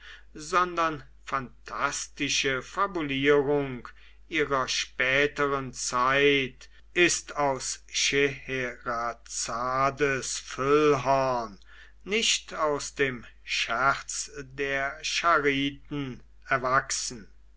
sondern phantastische fabulierung ihrer späteren zeit ist aus scheherazades füllhorn nicht aus dem scherz der chariten erwachsen